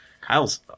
Kyle's